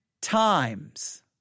times